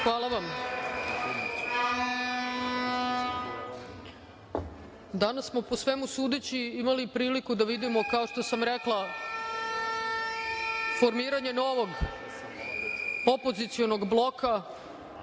Hvala vam. Danas smo po svemu sudeći imali priliku da vidimo, kao što sam rekla formiranje novog opozicionog bloka.